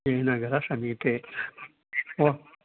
श्रीनगरसमीपे ओ